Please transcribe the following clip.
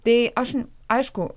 tai aš aišku